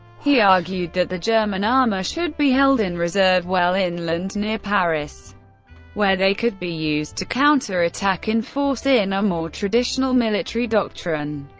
he argued that the german armour should be held in reserve well inland near paris where they could be used to counter-attack in force in a more traditional military doctrine.